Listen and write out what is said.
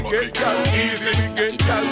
easy